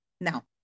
now